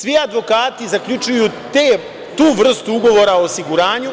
Svi advokati zaključuju tu vrstu ugovora o osiguranju